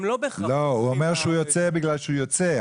הוא אומר שהוא יוצא כי הוא יוצא,